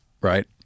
right